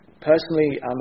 Personally